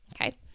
okay